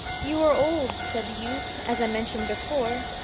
you are old said the youth, as i mentioned before,